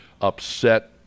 upset